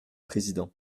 président